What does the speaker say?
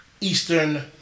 Eastern